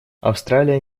австралия